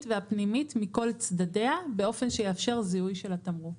והפנימית מכל צדדיה באופן שיאפשר זיהוי של התמרוק".